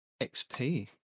XP